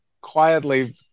quietly